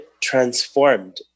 transformed